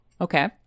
Okay